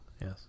Yes